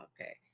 Okay